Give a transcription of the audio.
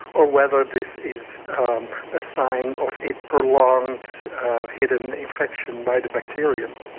or whether this is a sign of a prolonged hidden infection by the bacterium.